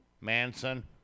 Manson